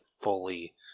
fully